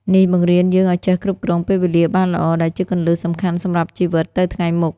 នេះបង្រៀនយើងឲ្យចេះគ្រប់គ្រងពេលវេលាបានល្អ ដែលជាគន្លឹះសំខាន់សម្រាប់ជីវិតទៅថ្ងៃមុខ។